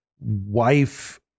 wife